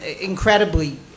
incredibly